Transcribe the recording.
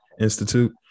Institute